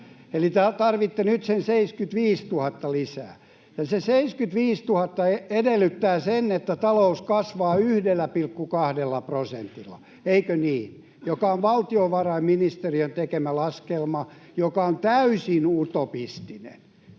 te tarvitsette nyt sen 75 000 lisää. Ja se 75 000 edellyttää, että talous kasvaa 1,2 prosentilla — eikö niin — joka on valtiovarainministeriön tekemä laskelma, joka on täysin utopistinen.